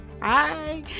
Hi